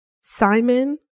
Simon